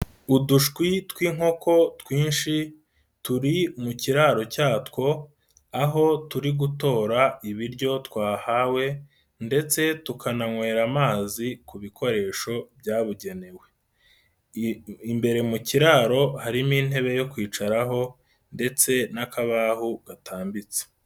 Udushwi tw'inkoko twinshi turi mu kiraro cyatwo, aho turi gutora ibiryo twahawe ndetse tukananywera amazi ku bikoresho byabugenewe. Imbere mu kiraro harimo intebe yo kwicaraho ndetse n'akabaho gatambitse.